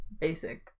basic